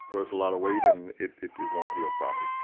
so it's a lot of weight and it won't heal properly.